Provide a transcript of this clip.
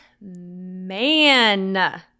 man